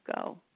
go